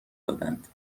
دادند